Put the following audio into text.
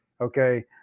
okay